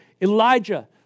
Elijah